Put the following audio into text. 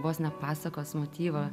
vos ne pasakos motyvą